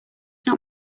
not